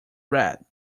red